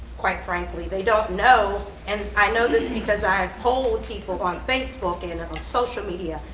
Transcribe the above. quite frankly? they don't know and i know this because i have polled people on facebook and social media.